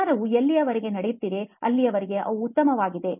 ಪ್ರಚಾರವು ಎಲ್ಲಿಯವರೆಗೆ ನಡೆಯುತ್ತದೆಯೋ ಅಲ್ಲಿಯವರೆಗೆ ಅವು ಉತ್ತಮವಾಗಿವೆ